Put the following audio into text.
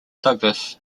douglas